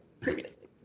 previously